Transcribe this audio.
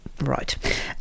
Right